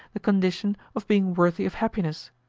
the condition of being worthy of happiness,